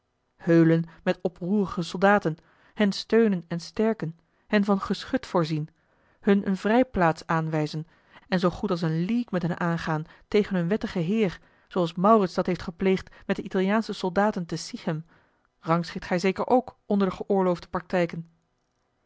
heulen met oproerige soldaten hen steunen en sterken hen van geschut voorzien hun eene vrijplaats aanwijzen en zoo goed als eene ligue met hen aangaan tegen hun wettige heer zooals maurits dat heeft gepleegd met de italiaansche soldaten te sichem rangschikt gij zeker ook onder de geoorloofde praktijken